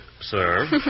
Sir